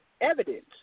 evidence